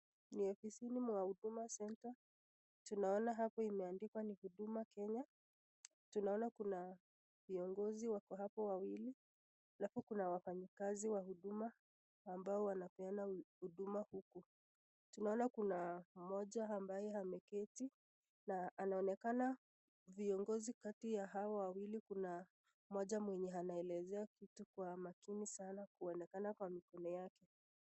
Ni ofisini mwa huduma center ,tunaona hapo juu pameandikwa huduma Kenya , tunaona kuna viongozi wako hapo wawili ,alafu kuna wafanyakazi wa huduma ambao wanapeana huduma huku tunaona kuna mmoja ambaye ameketi, anaonekana viongozi kati ya hawa wawili kuna mmoja anayeelezea kitu kwa makini sana kuonekana kwa mikono yake.